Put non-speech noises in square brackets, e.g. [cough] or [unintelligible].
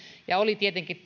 ja oli tietenkin [unintelligible]